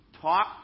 talk